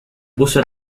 puso